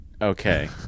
Okay